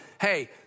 hey